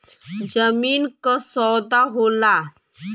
जमीन क सौदा होला